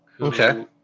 Okay